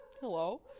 hello